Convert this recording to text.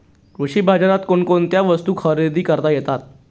कृषी बाजारात कोणकोणत्या वस्तू खरेदी करता येतात